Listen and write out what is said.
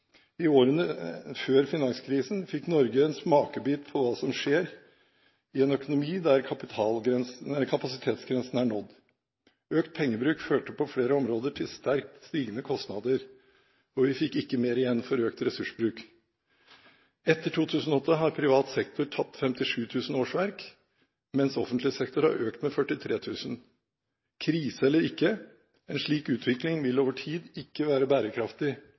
I årene før finanskrisen fikk Norge en smakebit på hva som skjer i en økonomi der kapasitetsgrensen er nådd – økt pengebruk førte på flere områder til sterkt stigende kostnader, og vi fikk ikke mer igjen for økt ressursbruk. Etter 2008 har privat sektor tapt 57 000 årsverk, mens offentlig sektor har økt med 43 000. Krise eller ikke, en slik utvikling vil over tid ikke være bærekraftig